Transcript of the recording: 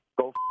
Go